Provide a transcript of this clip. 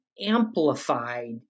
amplified